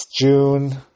June